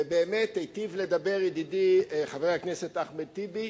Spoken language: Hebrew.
ובאמת היטיב לדבר ידידי חבר הכנסת אחמד טיבי,